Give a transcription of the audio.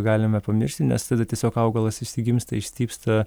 galime pamiršti nes tada tiesiog augalas išsigimsta išstypsta